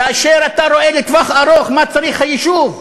כאשר אתה רואה לטווח ארוך מה צריך היישוב?